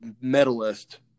medalist